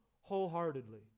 wholeheartedly